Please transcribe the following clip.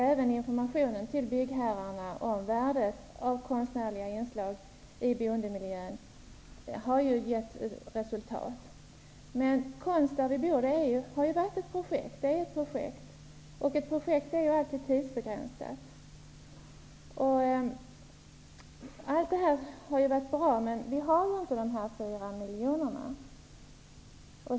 Även informationen till byggherrarna om värdet av konstnärliga inslag i boendemiljön har gett resultat. Men Konst där vi bor-projektet är ett projekt, och ett projekt är alltid tidsbegränsat. Allt detta har varit bra, men vi har inte dessa 4 miljoner.